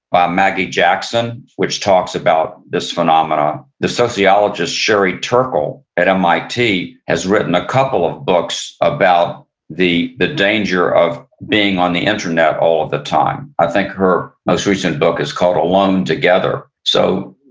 by maggie jackson, which talks about this phenomenon the sociologist sherry turkle at mit has written a couple of books about the the danger of being on the internet all of the time. i think her most recent book is called alone together. so,